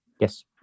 Yes